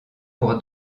pour